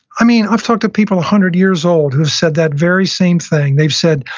i mean, i've talked to people a hundred years old who've said that very same thing. they've said,